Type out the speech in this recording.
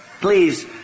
please